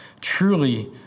truly